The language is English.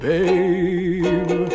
Babe